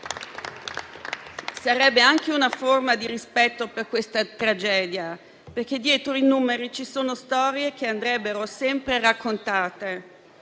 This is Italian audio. Sarebbe anche una forma di rispetto per questa tragedia, perché dietro i numeri ci sono storie che andrebbero sempre raccontate: